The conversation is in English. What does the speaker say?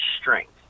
strength